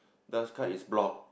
thus card is block